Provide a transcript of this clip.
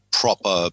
proper